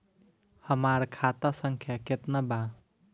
हमार खाता संख्या केतना बा?